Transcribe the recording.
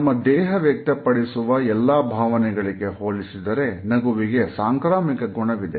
ನಮ್ಮ ದೇಹ ವ್ಯಕ್ತಪಡಿಸುವ ಎಲ್ಲಾ ಭಾವನೆಗಳಿಗೆ ಹೋಲಿಸಿದರೆ ನಗುವಿಗೆ ಸಾಂಕ್ರಾಮಿಕ ಗುಣವಿದೆ